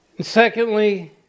Secondly